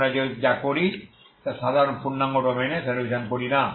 আমরা যা করি তা সাধারণ পূর্ণাঙ্গ ডোমেইনে সলিউশন করি না